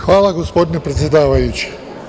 Hvala, gospodine predsedavajući.